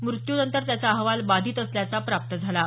मृत्यूनंतर त्याचा अहवाल बाधित असल्याचा प्राप्त झाला आहे